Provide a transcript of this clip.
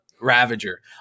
ravager